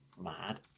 Mad